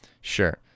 Sure